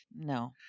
No